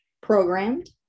programmed